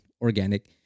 organic